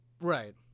right